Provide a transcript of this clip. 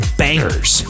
bangers